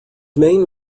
main